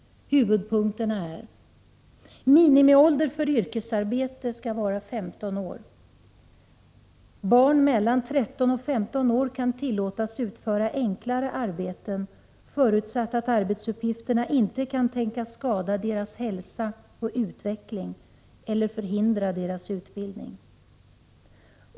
Huvudpunkterna är: — Barn mellan 13 och 15 år kan tillåtas utföra enklare arbeten förutsatt att arbetsuppgifterna inte kan tänkas skada deras hälsa och utveckling eller förhindra deras utbildning.